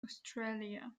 australia